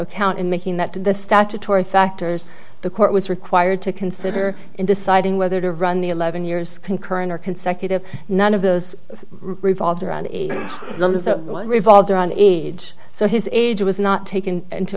account in making that the statutory factors the court was required to consider in deciding whether to run the eleven years concurrent or consecutive none of those revolved around eight revolves around age so his age was not taken into